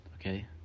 okay